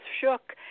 shook